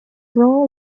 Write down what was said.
pro